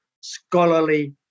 scholarly